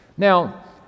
Now